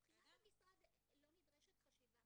מבחינת המשרד לא נדרשת חשיבה